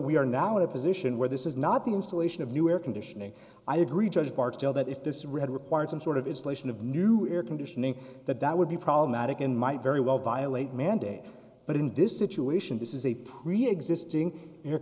we are now in a position where this is not the installation of new air conditioning i agree judge barksdale but if this read requires some sort of it's lation of new air conditioning that that would be problematic and might very well violate mandate but in this situation this is a preexisting air